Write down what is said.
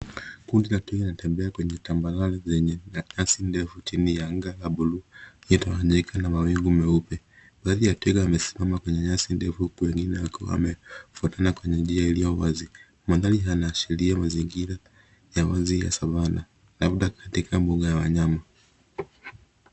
Kundi la twiga linatembea kwenye tambarare lenye nyasi ndefu chini ya anga ya blue iliotawanyika mawingu meupe. Baadhi ya twiga wamesimama kwenye nyasi ndefu uku wengine wakiwa wamefuatana kwenye njia iliowazi. Mandhari yanaashiria mazingira ya wazi ya Savana labda katika buga ya wanyama.